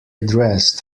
dressed